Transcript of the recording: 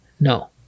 No